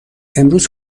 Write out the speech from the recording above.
امروز